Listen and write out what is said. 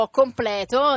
completo